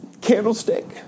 candlestick